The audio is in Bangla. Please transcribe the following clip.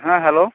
হ্যাঁ হ্যালো